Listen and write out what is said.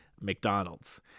McDonald's